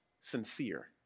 sincere